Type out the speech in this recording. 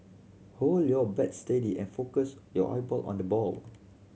hold your bat steady and focus your eye ball on the ball